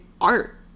art